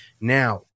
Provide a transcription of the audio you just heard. Now